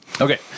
Okay